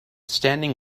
standing